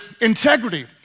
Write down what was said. integrity